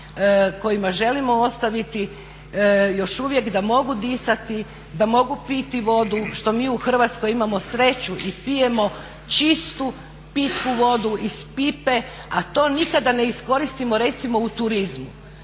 kojima želimo ostaviti još uvijek da mogu disati, da mogu piti vodu, što mi u Hrvatskoj imamo sreću i pijemo čistu pitku vodu iz pipe, a to nikada ne iskoristimo recimo u turizmu.